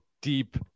deep